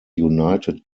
united